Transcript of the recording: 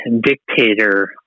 dictator